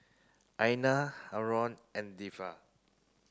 Aina Haron and Dhia